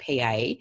PA